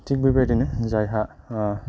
थिग बेबायदिनो जायहा